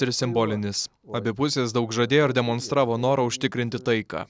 ir simbolinis abi pusės daug žadėjo ir demonstravo norą užtikrinti taiką